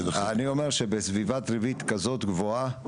אני אומר שבסביבת ריבית כזאת גבוהה,